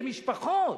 זה משפחות.